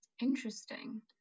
Interesting